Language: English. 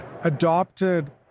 adopted